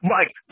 Mike